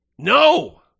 No